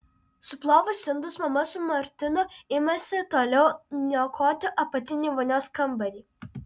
suplovus indus mama su martinu imasi toliau niokoti apatinį vonios kambarį